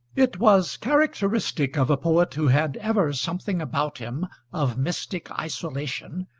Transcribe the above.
it was characteristic of a poet who had ever something about him of mystic isolation,